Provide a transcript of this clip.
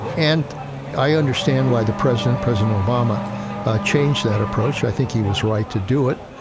and i understand why the president, president obama changed that approach, i think he was right to do it.